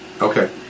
okay